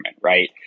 right